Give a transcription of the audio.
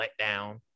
letdown